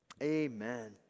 Amen